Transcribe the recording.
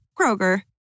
Kroger